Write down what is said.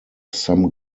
some